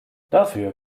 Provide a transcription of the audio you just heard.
dafür